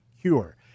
cure